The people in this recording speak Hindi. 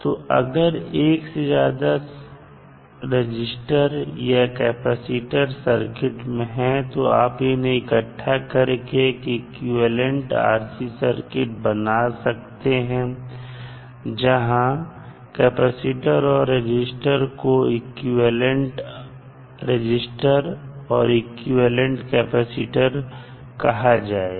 तो अगर एक से ज्यादा C और R है सर्किट में तो आप उन्हें इकट्ठा करके एक इक्विवेलेंट RC सर्किट बना सकते हैं जहां C और R को इक्विवेलेंट R और इक्विवेलेंट C कहा जाएगा